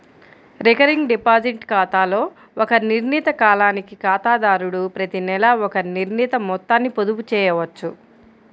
recurring deposit ఖాతాలో ఒక నిర్ణీత కాలానికి ఖాతాదారుడు ప్రతినెలా ఒక నిర్ణీత మొత్తాన్ని పొదుపు చేయవచ్చు